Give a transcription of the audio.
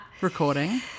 Recording